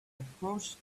approached